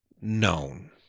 known